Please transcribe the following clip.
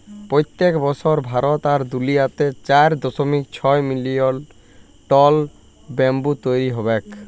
পইত্তেক বসর ভারত আর দুলিয়াতে চার দশমিক ছয় মিলিয়ল টল ব্যাম্বু তৈরি হবেক